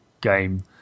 game